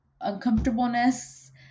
uncomfortableness